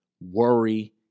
worry